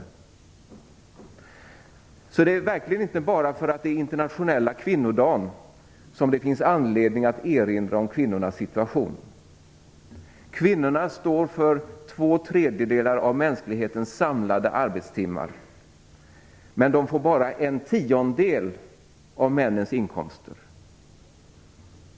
Det är alltså verkligen inte bara för att det är den internationella kvinnodagen som det finns anledning att erinra om kvinnornas situation. Kvinnorna står för två tredjedelar av mänsklighetens samlade arbetstimmar, men de får bara en tiondel av männens inkomster.